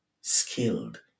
skilled